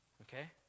Okay